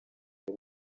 bwo